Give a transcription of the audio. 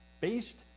based